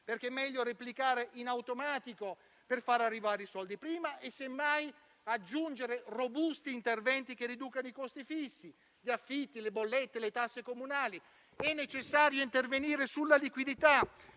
perché è meglio replicare in automatico per far arrivare i soldi prima e, semmai, aggiungere robusti interventi che riducano i costi fissi, gli affitti, le bollette e le tasse comunali. È necessario intervenire sulla liquidità